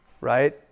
right